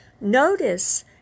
Notice